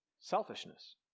selfishness